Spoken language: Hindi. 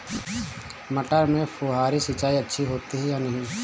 मटर में फुहरी सिंचाई अच्छी होती है या नहीं?